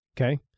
okay